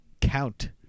count